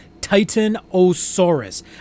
Titanosaurus